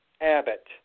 Abbott